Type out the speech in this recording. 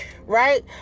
right